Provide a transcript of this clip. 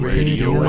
Radio